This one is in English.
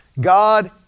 God